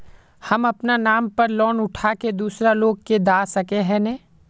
हम अपना नाम पर लोन उठा के दूसरा लोग के दा सके है ने